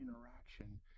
interaction